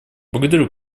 благодарю